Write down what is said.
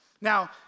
Now